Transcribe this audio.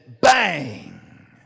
bang